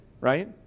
right